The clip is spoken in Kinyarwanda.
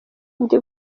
ndi